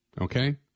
okay